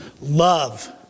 love